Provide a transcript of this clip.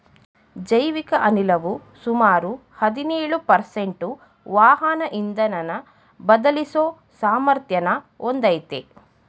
ಜೈವಿಕ ಅನಿಲವು ಸುಮಾರು ಹದಿನೇಳು ಪರ್ಸೆಂಟು ವಾಹನ ಇಂಧನನ ಬದಲಿಸೋ ಸಾಮರ್ಥ್ಯನ ಹೊಂದಯ್ತೆ